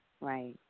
right